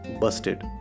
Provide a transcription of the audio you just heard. busted